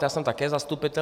Já jsem také zastupitel.